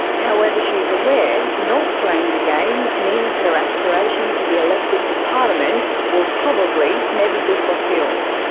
however, she's aware not playing the game means her aspiration to be elected to parliament will probably never be fulfilled.